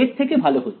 এর থেকে ভালো হচ্ছে